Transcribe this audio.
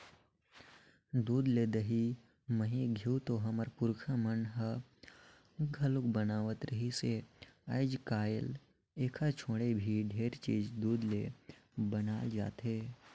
दूद ले दही, मही, घींव तो हमर पूरखा मन ह घलोक बनावत रिहिस हे, आयज कायल एखर छोड़े भी ढेरे चीज दूद ले बनाल जाथे